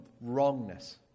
wrongness